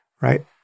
right